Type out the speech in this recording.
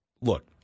look